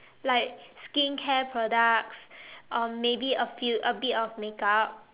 like skincare products or maybe a few a bit of makeup